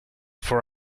for